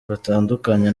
batandukanye